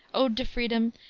ode to freedom,